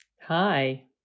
Hi